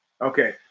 Okay